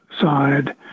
side